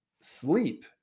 sleep